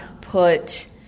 put